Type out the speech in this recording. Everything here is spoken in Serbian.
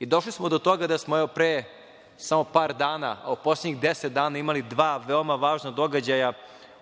Došli smo i do toga da smo evo pre samo par dana, a u poslednjih deset dana, imali dva veoma važna događaja